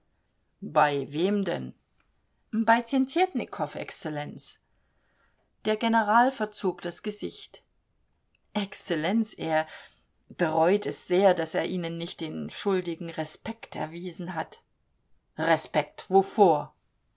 bei wem denn bei tjentjetnikow exzellenz der general verzog das gesicht exzellenz er bereut es sehr daß er ihnen nicht den schuldigen respekt erwiesen hat respekt wovor